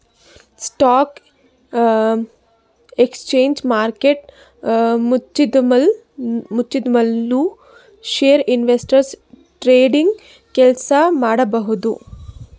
stock exchange market ಮುಚ್ಚಿದ್ಮ್ಯಾಲ್ ನು share investors trading ಕೆಲ್ಸ ಮಾಡಬಹುದ್